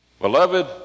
Beloved